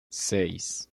seis